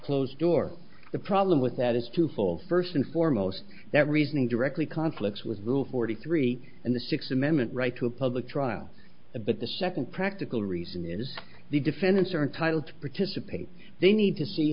closed door the problem with that is twofold first and foremost that reasoning directly conflicts with rule forty three and the sixth amendment right to a public trial the but the second practical reason is the defendants are entitled to participate they need to see